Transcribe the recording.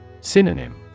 Synonym